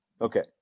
Okay